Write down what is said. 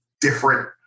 different